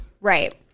Right